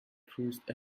cruised